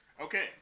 Okay